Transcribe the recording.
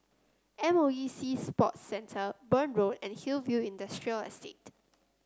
M O E Sea Sports Centre Burn Road and Hillview Industrial Estate